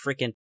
freaking